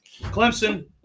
Clemson